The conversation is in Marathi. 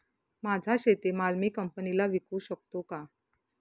माझा शेतीमाल मी कंपनीला विकू शकतो का?